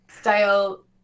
style